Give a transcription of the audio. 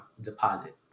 deposit